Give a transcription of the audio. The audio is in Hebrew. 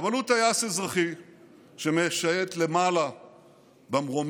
אבל הוא טייס אזרחי שמשייט למעלה במרומים,